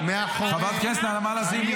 חברת הכנסת נעמה לזימי.